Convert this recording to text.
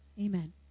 Amen